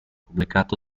pubblicato